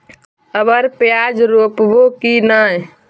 अबर प्याज रोप्बो की नय?